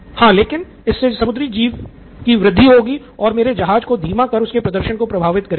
हाँ लेकिन इससे समुद्री जीवन की वृद्धि होगी जो मेरे जहाज़ों को धीमा कर उसके प्रदर्शन को प्रभावित करेगी